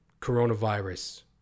coronavirus